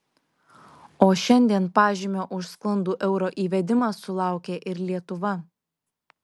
o šiandien pažymio už sklandų euro įvedimą sulaukė ir lietuva